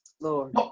Lord